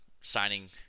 signing